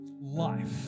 life